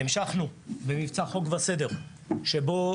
המשכנו במבצע "חוק וסדר", שבו